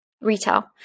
retail